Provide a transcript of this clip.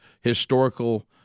historical